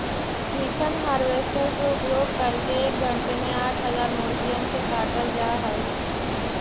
chicken harvester के उपयोग करके एक घण्टे में आठ हजार मुर्गिअन के काटल जा हई